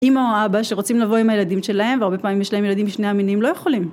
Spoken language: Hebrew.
אמא או אבא שרוצים לבוא עם הילדים שלהם והרבה פעמים יש להם ילדים משני המינים לא יכולים